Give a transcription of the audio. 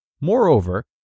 Moreover